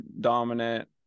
dominant